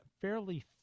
fairly